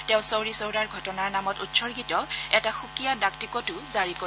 তেওঁ চৌৰি চৌৰা ঘটনাৰ নামত উৎসৰ্গীত এটা সুকীয়া ডাক টিকটো জাৰি কৰিব